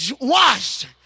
washed